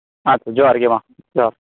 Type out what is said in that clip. ᱟᱪᱪᱷᱟ ᱡᱚᱦᱟᱨᱜᱮ ᱢᱟ ᱡᱚᱦᱟᱨ